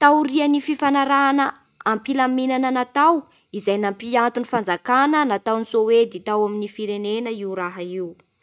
Taorian'ny fifanarahana am-pilaminana natao izay nampihato ny fanjakana natoan'ny Soedy tao amin'ny firenena io raha io.